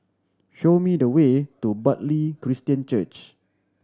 show me the way to Bartley Christian Church